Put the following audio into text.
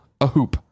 Ahoop